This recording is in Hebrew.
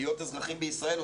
להיות אזרחים בישראל,